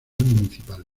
municipal